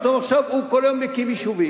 פתאום עכשיו הוא כל היום מקים יישובים.